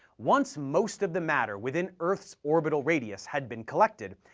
once most of the matter within earth's orbital radius had been collected,